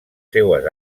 seues